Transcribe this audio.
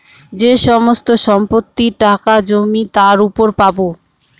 যে সমস্ত সম্পত্তি, টাকা, জমি তার উপর পাবো